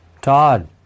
Todd